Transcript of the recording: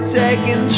taking